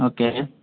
okay